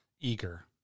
eager